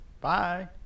Bye